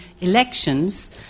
elections